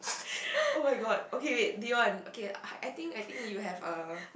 oh-my-god okay wait Dion okay I think I think you have a